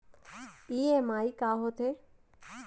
EMI का होथे?